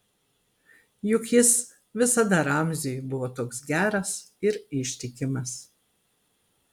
juk jis visada ramziui buvo toks geras ir ištikimas